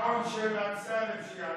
מהשעון של אמסלם כשיעלה.